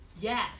Yes